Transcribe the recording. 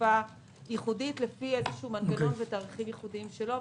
חליפה ייחודית לפי איזשהו מנגנון ותאריכים ייחודיים שלו.